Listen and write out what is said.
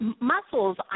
mussels